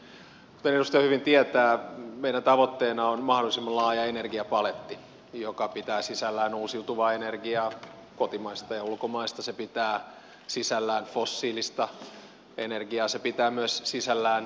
kuten edustaja hyvin tietää meidän tavoitteenamme on mahdollisimman laaja energiapaletti joka pitää sisällään uusiutuvaa energiaa kotimaista ja ulkomaista se pitää sisällään fossiilista energiaa se pitää sisällään myös ydinener giaa